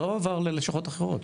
לא הועבר ללשכות אחרות.